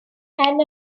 pen